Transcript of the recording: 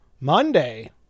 Monday